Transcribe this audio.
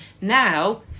Now